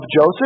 Joseph